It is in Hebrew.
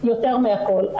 יותר מהכל.